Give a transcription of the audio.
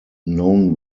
known